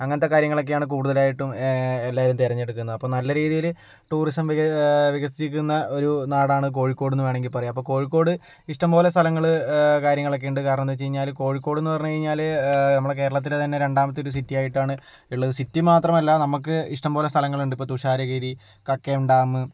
അങ്ങനത്തെ കാര്യങ്ങളൊക്കെയാണ് കൂടുതലായിട്ടും ഏ എല്ലാവരും തിരഞ്ഞെടുക്കുന്നത് അപ്പോൾ നല്ല രീതിയില് ടൂറിസം വിഘ് വികസിക്കുന്ന ഒരു നാടാണ് കോഴിക്കോട് എന്ന് വേണമെങ്കിൽ പറയാം അപ്പോൾ കോഴിക്കോട് ഇഷ്ടംപോലെ സ്ഥലങ്ങൾ എ കാര്യങ്ങളൊക്കെ ഉണ്ട് കാരണം എന്താന്ന് വെച്ച് കഴിഞ്ഞാൽ കോഴിക്കോട് എന്ന് പറഞ്ഞു കഴിഞ്ഞാൽ നമ്മുടെ കേരളത്തിലേ തന്നെ രണ്ടാമത്തെ ഒരു സിറ്റി ആയിട്ടാണ് ഉള്ളത് സിറ്റി മാത്രമല്ല നമുക്ക് ഇഷ്ടം പോലെ സ്ഥലങ്ങളുണ്ട് ഇപ്പോൾ തുഷാരഗിരി കക്കയം ഡാം